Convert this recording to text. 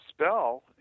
spell